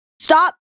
stop